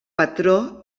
patró